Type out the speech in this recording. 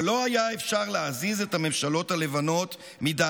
אבל לא היה אפשר להזיז את הממשלות הלבנות מדעתן,